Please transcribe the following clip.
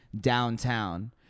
downtown